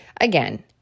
again